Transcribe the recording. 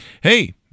hey